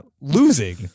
losing